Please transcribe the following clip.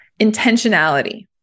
Intentionality